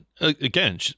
again